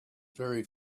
very